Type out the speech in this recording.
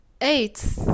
Eight